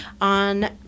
on